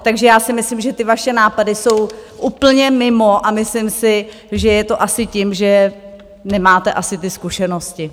Takže já si myslím, že vaše nápady jsou úplně mimo, a myslím si, že je to asi tím, že nemáte zkušenosti.